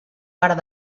part